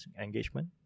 engagement